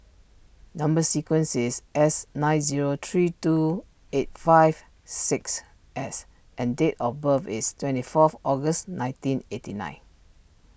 Number Sequence is S nine zero three two eight five six S and date of birth is twenty fourth August nineteen eighty nine